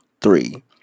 three